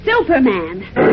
Superman